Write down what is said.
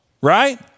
Right